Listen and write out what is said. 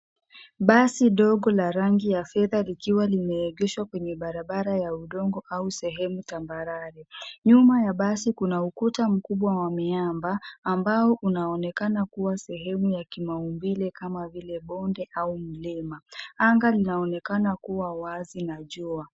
Basi ndogo la rangi ya fedha likiwa limeegeshwa kwenye barabara ya udongo au sehemu tambarare. Nyuma ya basi kuna ukuta mkubwa wa miamba ambao unaonekana kuwa sehemu ya kimaumbile kama vile bonde au mlima. Anga linaonekana kuwa wazi na jua.